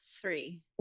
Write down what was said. three